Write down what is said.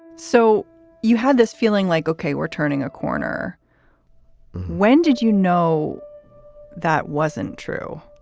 so you had this feeling like, ok, we're turning a corner when did you know that wasn't true?